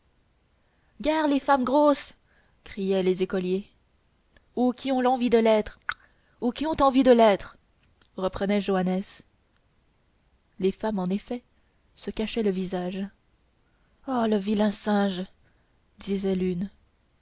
gare les femmes grosses criaient les écoliers ou qui ont envie de l'être reprenait joannes les femmes en effet se cachaient le visage oh le vilain singe disait l'une